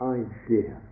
idea